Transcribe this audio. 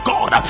God